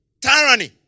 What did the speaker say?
tyranny